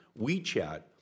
WeChat